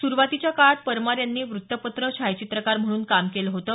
सुरूवातीच्या काळात परमार यांनी वृत्तपत्र छायाचित्रकार म्हूणन काम केलं होतं